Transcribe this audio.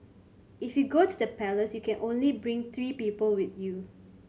if you go to the palace you can only bring three people with you